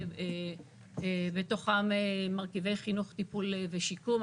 בתוכם מרכיבי חינוך, טיפול ושיקום.